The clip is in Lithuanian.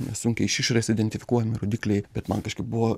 nesunkiai iš išorės identifikuojami rodikliai bet man kažkaip buvo